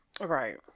Right